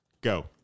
go